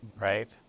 right